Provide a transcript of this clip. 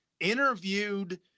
interviewed